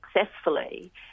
successfully